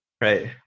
Right